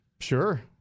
Sure